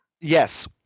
Yes